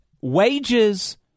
wages